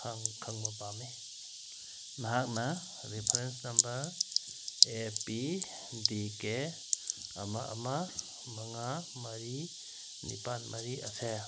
ꯈꯪꯕ ꯄꯥꯝꯃꯤ ꯅꯍꯥꯛꯅ reference number A P D K ꯑꯃ ꯑꯃ ꯃꯉꯥ ꯃꯔꯤ ꯅꯤꯄꯥꯜ ꯃꯔꯤ ꯑꯁꯦ